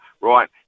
right